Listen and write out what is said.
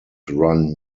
run